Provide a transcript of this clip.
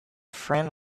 friend